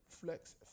reflects